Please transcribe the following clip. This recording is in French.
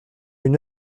une